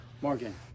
Morgan